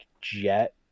jet